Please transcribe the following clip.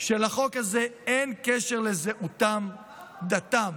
שלחוק הזה אין קשר לזהותם, דתם